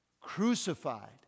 crucified